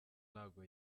ntago